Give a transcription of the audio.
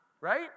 Right